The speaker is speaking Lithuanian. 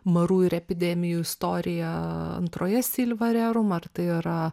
marų ir epidemijų istorija antroje silva rerum ar tai yra